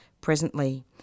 presently